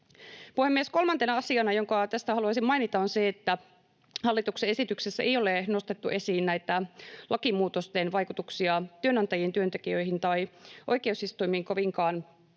Puhemies! Kolmantena asiana, jonka tästä haluaisin mainita, on se, että hallituksen esityksessä ei ole nostettu esiin näitä lakimuutosten vaikutuksia työnantajiin, työntekijöihin tai oikeusistuimiin kovinkaan selkeästi.